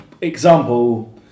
example